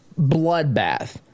bloodbath